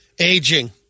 aging